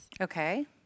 Okay